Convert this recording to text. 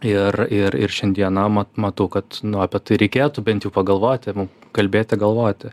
ir ir ir šiandieną ma matau kad nu apie tai reikėtų bent jau pagalvoti mum kalbėti galvoti